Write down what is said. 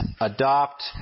adopt